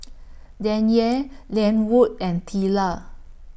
Danyel Lenwood and Teela